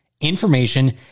information